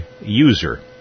user